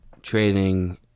Trading